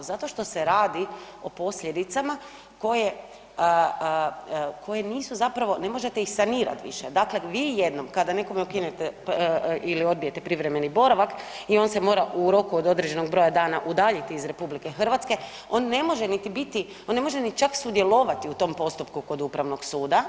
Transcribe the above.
Zato što se radi o posljedicama koje, koje nisu zapravo ne možete ih sanirati više, dakle vi jednom kada nekome ukinite ili odbijete privremeni boravak i on se mora u roku od određenog broja dana udaljiti iz RH on ne može niti biti, on ne može ni čak sudjelovati u tom postupku kod Upravnog suda.